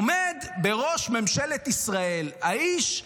עומד בראש ממשלת ישראל האיש,